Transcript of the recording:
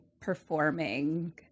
performing